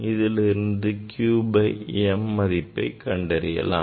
அதிலிருந்து q by mஐ கணக்கிடலாம்